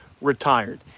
retired